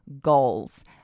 goals